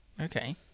okay